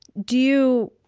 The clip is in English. do you